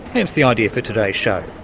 hence the idea for today's show.